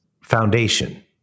foundation